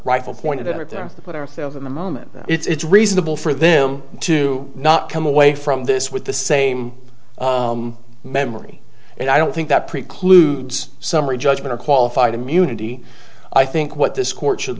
rifle pointed at them to put ourselves in the moment it's reasonable for them to not come away from this with the same memory and i don't think that precludes summary judgment or qualified immunity i think what this court should